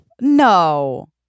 No